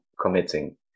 committing